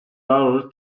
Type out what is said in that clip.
hour